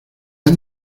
han